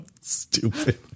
Stupid